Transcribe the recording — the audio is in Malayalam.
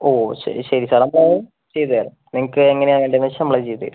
ഓ ശരി ശരി ചെയ്തുതരാം നിങ്ങൾക്ക് എങ്ങനെയാണ് വേണ്ടതെന്ന് വെച്ചാൽ നമ്മൾ അത് ചെയ്തുതരും